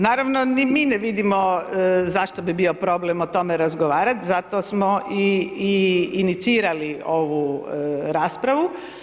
Naravno ni mi ne vidimo, zašto bi bio problem o tome razgovarati, zato smo inicirali ovu raspravu.